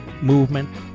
movement